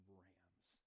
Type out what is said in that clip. rams